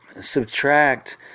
subtract